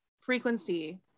frequency